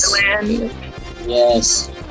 yes